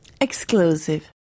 Exclusive